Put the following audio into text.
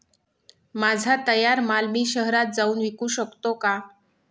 माझा तयार माल मी शहरात जाऊन विकू शकतो का?